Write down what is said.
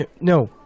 No